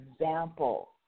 example